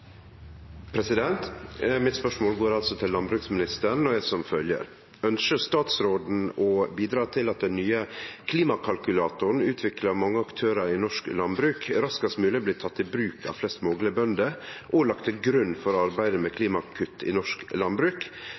utgangspunkt. Mitt spørsmål går til landbruksministeren og er som følgjer: «Ønskjer statsråden å bidra til at den nye klimakalkulatoren utvikla av mange aktørar i norsk landbruk raskast mulig blir tatt i bruk av flest mogleg bønder og lagd til grunn for arbeidet med klimakutt i norsk landbruk,